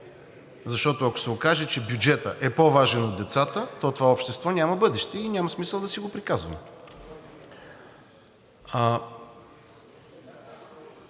защото, ако се окаже, че бюджетът е по-важен от децата, то това общество няма бъдеще и няма смисъл да си го приказваме.